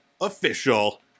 official